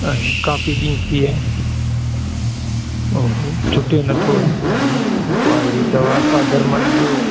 ऐं काफ़ी ॾींहं थी विया आहिनि और छुटे नथो जो होड़ी दवा का दर्मल ॾियो